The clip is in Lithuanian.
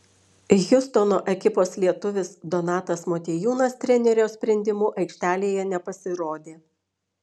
hjustono ekipos lietuvis donatas motiejūnas trenerio sprendimu aikštėje nepasirodė